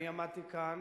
אני עמדתי כאן